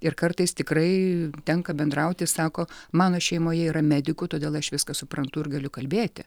ir kartais tikrai tenka bendrauti sako mano šeimoje yra medikų todėl aš viską suprantu ir galiu kalbėti